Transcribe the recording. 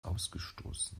ausgestoßen